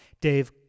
Dave